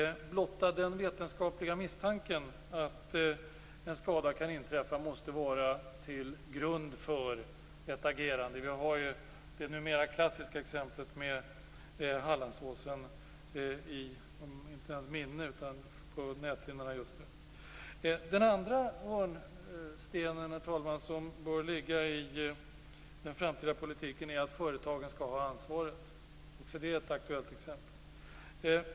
Blotta den vetenskapliga misstanken att en skada kan inträffa måste vara skäl nog för ett agerande. Vi har ju just nu exemplet med Hallandsåsen på näthinnorna. Den andra hörnstenen i den framtida politiken är att företagen skall ha ansvaret. Också det är aktuellt just nu.